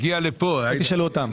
תשאלו אותם.